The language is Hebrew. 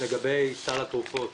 לגבי סל התרופות.